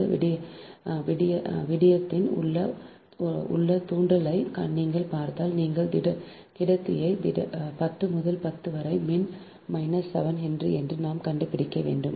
இந்த விஷயத்தின் உள் தூண்டலை நீங்கள் பார்த்தால் அந்த திடக் கடத்தியை 10 முதல் 10 வரை மின் மைனஸ் 7 ஹென்றி என்று அழைக்கிறீர்கள் ஆனால் ஒரு வெற்று கடத்தியின் உள் தூண்டலை நாம் கண்டுபிடிக்க வேண்டும்